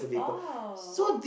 oh